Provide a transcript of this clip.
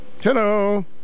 Hello